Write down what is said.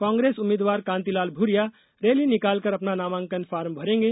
कांग्रेस उम्मीदवार कांतिलाल भूरिया रैली निकालकर अपना नामाकन फार्म भरेंगे